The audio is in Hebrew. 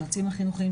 היועצים החינוכיים,